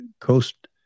coast